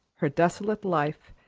her desolate life,